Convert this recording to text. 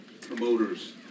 promoters